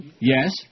Yes